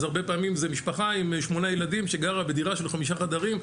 אז הרבה פעמים זה משפחה עם שמונה ילדים שגרה בדירה של חמישה חדרים,